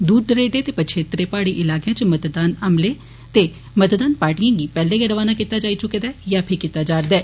दूर दरेडे ते पच्छेत्रे पहाड़ी इलाकें च मतदान अमले दे मतदान पार्टिएं गी पेहले गै रवाना कीता जाई चुके दा ऐ यां फीह् कीता जारदा ऐ